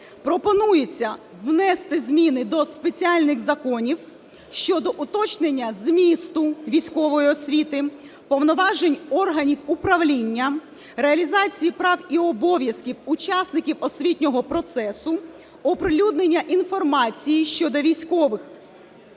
пропонується внести зміни до спеціальних законів щодо уточнення змісту військової освіти, повноважень органів управління, реалізації прав і обов'язків учасників освітнього процесу, оприлюднення інформації щодо військової